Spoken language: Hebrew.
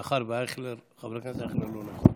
מאחר שחבר הכנסת אייכלר לא נמצא.